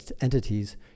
entities